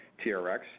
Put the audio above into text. TRX